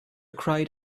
cried